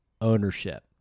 ownership